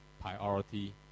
priority